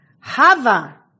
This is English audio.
Hava